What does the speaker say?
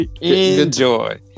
Enjoy